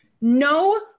No